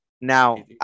Now